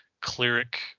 cleric